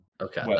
Okay